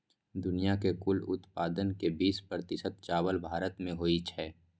दुनिया के कुल उत्पादन के बीस प्रतिशत चावल भारत मे होइ छै